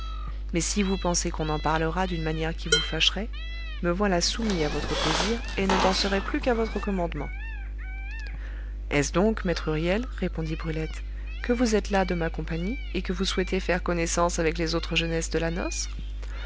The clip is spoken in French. mais si vous pensez qu'on en parlera d'une manière qui vous fâcherait me voilà soumis à votre plaisir et ne danserai plus qu'à votre commandement est-ce donc maître huriel répondit brulette que vous êtes las de ma compagnie et que vous souhaitez faire connaissance avec les autres jeunesses de la noce